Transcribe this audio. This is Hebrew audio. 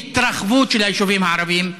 התרחבות של היישובים הערביים,